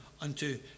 unto